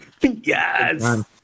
Yes